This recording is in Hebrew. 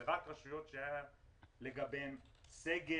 זה רק רשויות שהיה בהן סגר,